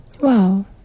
Wow